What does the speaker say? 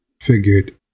figured